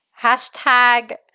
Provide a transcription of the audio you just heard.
hashtag